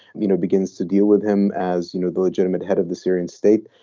you know, begins to deal with him as you know the legitimate head of the syrian state.